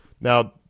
Now